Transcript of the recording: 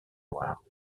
loire